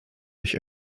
durch